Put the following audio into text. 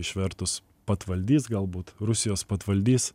išvertus patvaldys galbūt rusijos patvaldys